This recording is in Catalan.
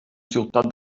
ciutat